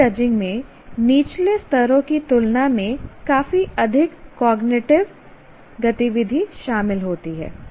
skill judging में निचले स्तरों की तुलना में काफी अधिक कॉग्निटिव cognitive गतिविधि शामिल होती है